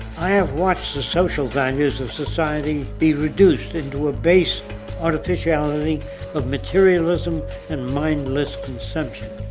i have watched the social values of society be reduced into a base artificiality of materialism and mindless consumption.